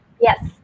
Yes